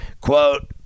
Quote